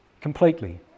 completely